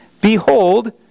behold